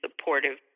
supportive